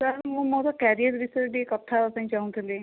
sir ମୁଁ ମୋର career ବିଷୟରେ ଟିକେ କଥା ହେବା ପାଇଁ ଚାହୁଁଥିଲି